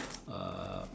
uh